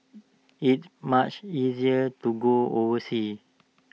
it's much easier to go overseas